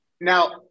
now